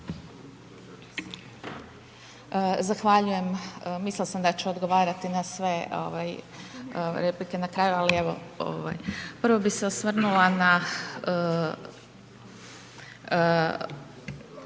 Zahvaljujem. Mislila sam da ću odgovarati na sve replike na kraju, ali evo, ovaj. Prvo bih se osvrnula na